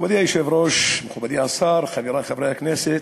מכובדי היושב-ראש, מכובדי השר, חברי חברי הכנסת,